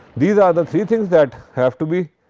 these are the three things that have to be